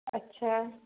अच्छा